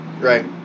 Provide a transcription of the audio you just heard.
Right